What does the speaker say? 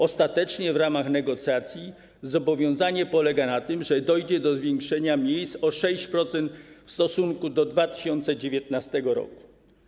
Ostatecznie w ramach negocjacji zobowiązanie polega na tym, że dojdzie do zwiększenia miejsc o 6% w stosunku do 2019 r.